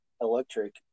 electric